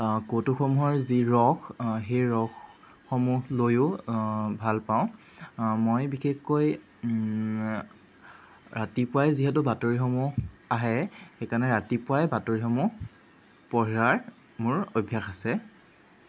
কৌতুকসমূহৰ যি ৰস সেই ৰসসমূহ লৈয়ো ভাল পাওঁ মই বিশেষকৈ ৰাতিপুৱাই যিহেতু বাতৰিসমূহ আহে সেইকাৰণে ৰাতিপুৱাই বাতৰিসমূহ পঢ়াৰ মোৰ অভ্যাস আছে